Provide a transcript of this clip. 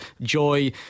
joy